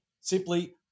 Simply